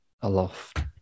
aloft